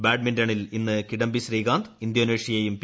ബാഡ്മിന്റണിൽ ഇന്ന് കിഡംബി ശ്രീകാന്ത് ഇന്തോനേഷ്യയെയും പി